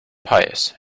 pious